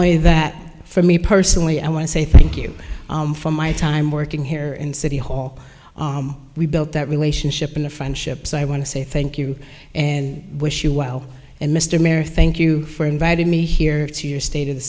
only that for me personally i want to say thank you from my time working here in city hall we built that relationship in the friendships i want to say thank you and wish you well and mr mayor thank you for inviting me here to your state of the